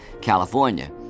California